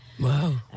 Wow